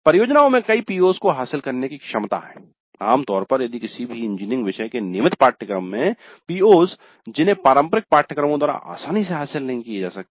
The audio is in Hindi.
परियोजनाओं में कई PO's को हासिल करने की क्षमता है आम तौर पर यदि किसी भी इंजीनियरिंग विषय के नियमित पाठ्यक्रम में PO's जिन्हें पारंपरिक पाठ्यक्रमों द्वारा आसानी से हासिल नहीं किये जा सकते